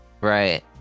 Right